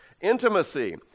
intimacy